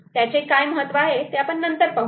त्याचे काय महत्त्व आहे ते आपण नंतर पाहू